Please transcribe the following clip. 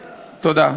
תודה.